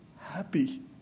happy